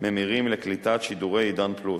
ממירים לקליטת שידורי "עידן פלוס".